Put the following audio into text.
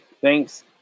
thanks